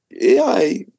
AI